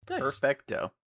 Perfecto